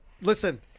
Listen